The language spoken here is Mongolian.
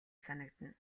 санагдана